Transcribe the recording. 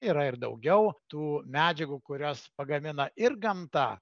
yra ir daugiau tų medžiagų kurias pagamina ir gamta